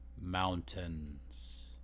Mountains